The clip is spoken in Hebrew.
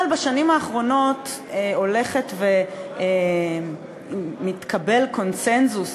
אבל בשנים האחרונות הולך ומתקבל קונסנזוס,